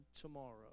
tomorrow